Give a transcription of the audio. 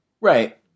Right